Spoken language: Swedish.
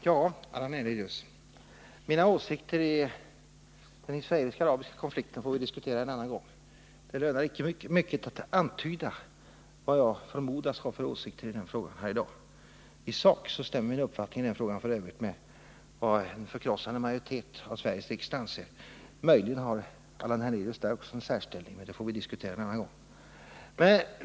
Herr talman! Mina åsikter i den israeliska-arabiska konflikten får vi diskutera en annan gång, Allan Hernelius. Det lönar sig icke mycket att antyda vad jag förmodas ha för åsikter i den frågan här i dag. I sak stämmer min uppfattning f. ö. med vad en förkrossande majoritet i Sveriges riksdag anser. Möjligen intar Allan Hernelius också där en särställning, men det får vi alltså diskutera vid något annat tillfälle.